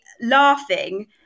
laughing